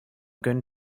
going